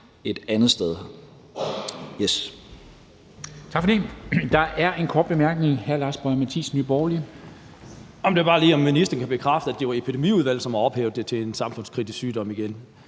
et andet sted. Kl.